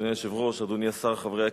אדוני היושב-ראש, אדוני השר, חברי הכנסת,